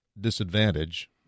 disadvantage